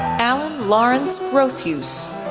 alan lawrence grothues,